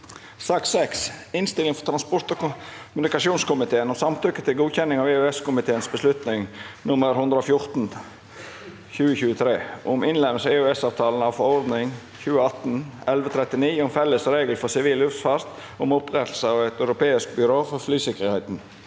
2024 Innstilling fra transport- og kommunikasjonskomiteen om Samtykke til godkjenning av EØS-komiteens beslutning nr. 114/2023 om innlemmelse i EØS-avtalen av forordning (EU) 2018/1139 om felles regler for sivil luftfart og om opprettelse av et europeisk byrå for flysikkerhet